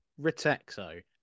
ritexo